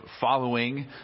following